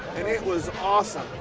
and it was awesome.